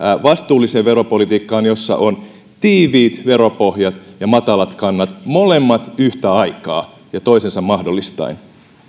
vastuulliseen veropolitiikkaan jossa on tiiviit veropohjat ja matalat kannat molemmat yhtä aikaa ja toisensa mahdollistaen